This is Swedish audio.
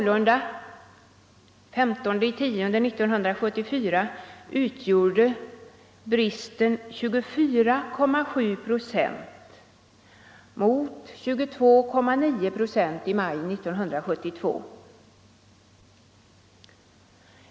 Den 15 oktober 1974 uppgick sålunda bristen till 24,7 procent mot 22,9 procent i maj 1972.